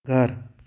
घर